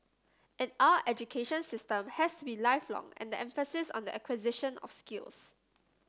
and our education system has to be lifelong and the emphasis on the acquisition of skills